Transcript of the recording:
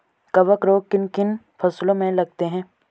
कवक रोग किन किन फसलों में लगते हैं?